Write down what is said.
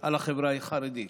על החברה החרדית.